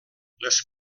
les